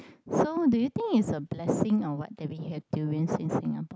so do you think is a blessing all what that we have durian in Singapore